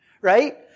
right